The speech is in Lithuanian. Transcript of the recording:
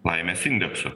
laimės indeksu